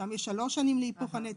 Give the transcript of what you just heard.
שם יש שלוש שנים להיפוך הנטל,